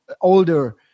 older